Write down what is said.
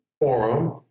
forum